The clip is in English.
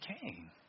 came